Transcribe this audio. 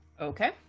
Okay